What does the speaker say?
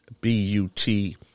B-U-T